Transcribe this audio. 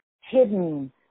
hidden